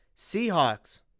Seahawks